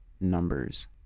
numbers